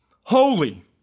holy